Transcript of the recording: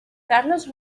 carlos